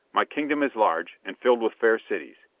my kingdom is large, and filled with fair cities.